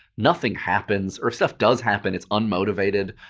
nothing happens, or if stuff does happen, it's unmotivated.